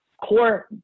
core